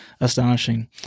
astonishing